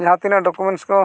ᱡᱟᱦᱟᱸᱛᱤᱱᱟᱹᱜ ᱠᱚ